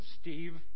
Steve